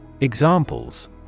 Examples